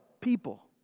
people